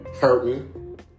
hurting